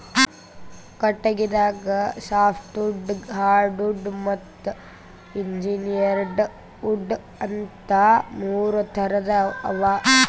ಕಟಗಿದಾಗ softwood hardwood ಮತ್ತ್ engineered wood ಅಂತಾ ಮೂರ್ ಥರದ್ ಅವಾ